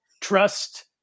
trust